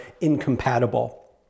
incompatible